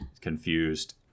Confused